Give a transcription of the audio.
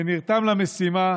והוא נרתם למשימה,